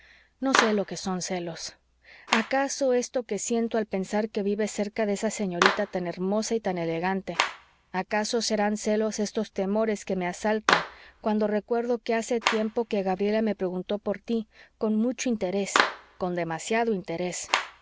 no sé lo que son celos acaso esto que siento al pensar que vives cerca de esa señorita tan hermosa y tan elegante acaso serán celos estos temores que me asaltan cuando recuerdo que hace tiempo que gabriela me preguntó por tí con mucho interés con demasiado interés